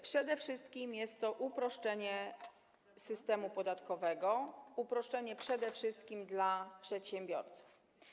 Przede wszystkim jest to uproszczenie systemu podatkowego, uproszczenie przede wszystkim dla przedsiębiorców.